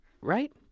Right